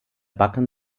backen